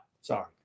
sorry